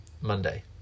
Monday